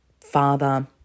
father